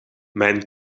mijn